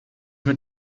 mit